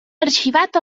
arxivat